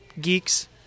geeks